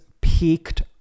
peaked